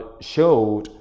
showed